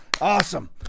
Awesome